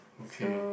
okay